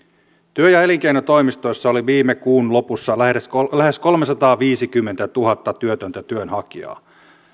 työ ja elinkeinotoimistoissa oli viime kuun lopussa lähes kolmesataaviisikymmentätuhatta työtöntä työnhakijaa